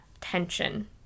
tension